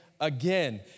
again